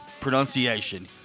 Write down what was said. pronunciation